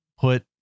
put